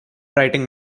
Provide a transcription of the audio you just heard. writing